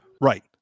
Right